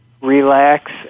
relax